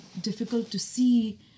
difficult-to-see